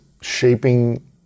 shaping